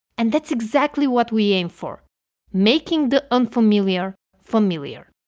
and that's exactly what we aim for making the unfamiliar, familiar.